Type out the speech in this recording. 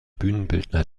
bühnenbildner